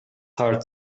heart